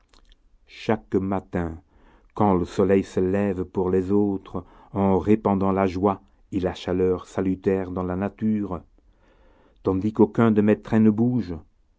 chaque matin quand le soleil se lève pour les autres en répandant la joie et la chaleur salutaires dans la nature tandis qu'aucun de mes traits ne bouge